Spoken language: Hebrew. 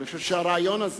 אבל אני חושב שהרעיון הזה